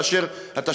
אולי לא יותר,